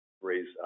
raise